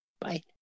bye